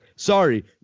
Sorry